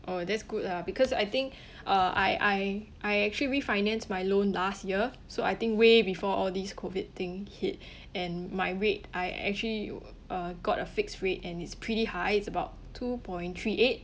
oh that's good lah because I think uh I I I actually refinance my loan last year so I think way before all these COVID thing hit and my rate I actually uh got a fixed rate and it's pretty high it's about two point three eight